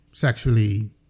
sexually